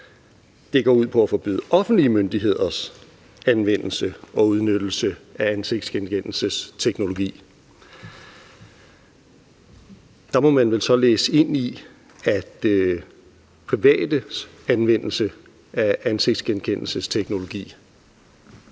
Det går ud på at forbyde offentlige myndigheders anvendelse og udnyttelse af ansigtsgenkendelsesteknologi. Der må man vel så læse ind i, at privates anvendelse af ansigtsgenkendelsesteknologi